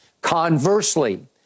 Conversely